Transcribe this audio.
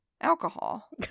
Alcohol